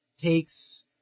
takes